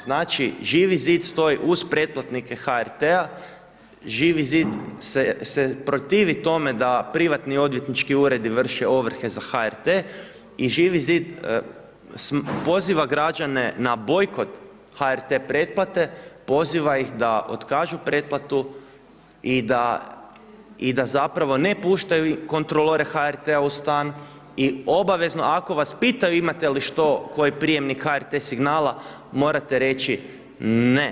Znači Živi zid stoji uz pretplatnike HRT-a, Živi zid se protiv tome da privatni odvjetnički uredi vrše ovrhe za HRT i Živi zid poziva građane na bojkot HRT pretplate, poziva ih da otkažu pretplatu i da zapravo ne puštaju kontrolore HRT-a u stan i obavezno ako vas pitaju imate li što, koji prijemnik HRT signala morate reći.